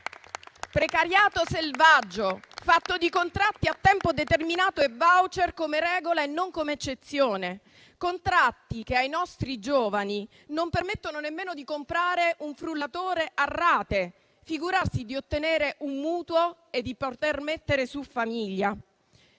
precariato selvaggio, fatto di contratti a tempo determinato e *voucher* come regola e non come eccezione, contratti che ai nostri giovani non permettono nemmeno di comprare un frullatore a rate, figurarsi di ottenere un mutuo e di poter mettere su famiglia.